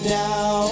now